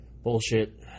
bullshit